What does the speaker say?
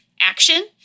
action